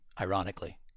ironically